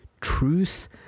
truth